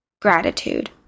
gratitude